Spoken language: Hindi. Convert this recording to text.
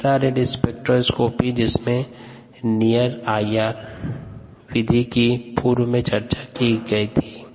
इन्फ्रा रेड स्पेक्ट्रोस्कोपी जिसमे नियर आईआर विधि की पूर्व में चर्चा की गयी थी